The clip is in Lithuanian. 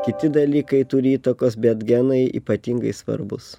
kiti dalykai turi įtakos bet genai ypatingai svarbūs